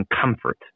comfort